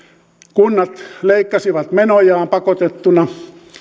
kunnat leikkasivat menojaan pakotettuina